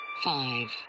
Five